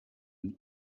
nen